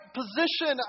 position